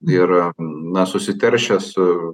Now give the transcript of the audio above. ir na susiteršęs